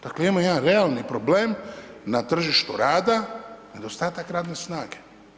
Dakle, imamo jedan realni problem na tržištu rada, nedostatak radne snage.